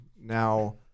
Now-